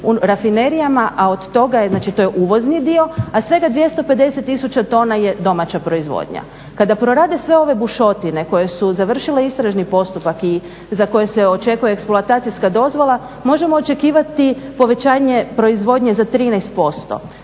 u rafinerijama, a od toga, znači to je uvozni dio, a svega 250 tisuća tona je domaća proizvodnja. Kada prorade sve ove bušotine koje su završile istražni postupak i za koje se očekuje eksploatacijska dozvola možemo očekivati povećanje proizvodnje za 13%,